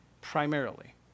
Primarily